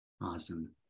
Awesome